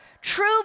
true